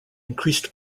increased